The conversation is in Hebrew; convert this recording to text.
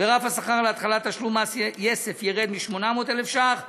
ורף השכר להתחלת תשלום מס יסף ירד מ-800,000 שקלים